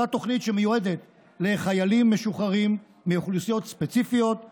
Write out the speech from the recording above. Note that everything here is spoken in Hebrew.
אותה תוכנית שמיועדת לחיילים משוחררים מאוכלוסיות ספציפיות וללוחמים,